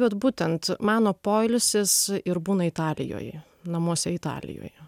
vat būtent mano poilsis ir būna italijoje namuose italijoje